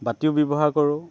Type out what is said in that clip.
বাতিও ব্যৱহাৰ কৰোঁ